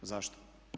Zašto?